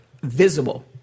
visible